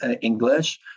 English